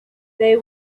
they